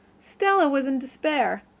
stella was in despair.